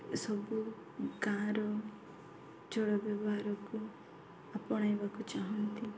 ଏସବୁ ଗାଁର ଜଳ ବ୍ୟବହାରକୁ ଆପଣେଇବାକୁ ଚାହାଁନ୍ତି